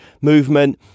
movement